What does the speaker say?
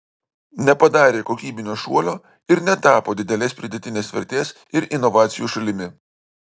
nepadarė kokybinio šuolio ir netapo didelės pridėtinės vertės ir inovacijų šalimi